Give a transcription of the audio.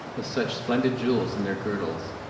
with such splendid jewels in their girdles,